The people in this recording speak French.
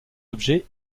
objets